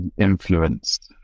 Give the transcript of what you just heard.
influenced